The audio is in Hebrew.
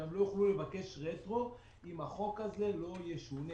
הם גם לא יוכלו לבקש רטרו אם החוק הזה לא ישונה.